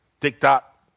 TikTok